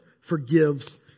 forgives